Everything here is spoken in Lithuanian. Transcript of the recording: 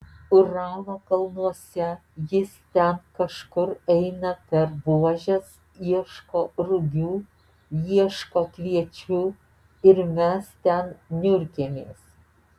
uralo kalnuose jis ten kažkur eina per buožes ieško rugių ieško kviečių ir mes ten niurkėmės